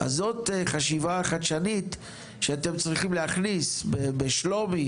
אז זאת חשיבה חדשנית שאתם צריכים להכניס בשלומי,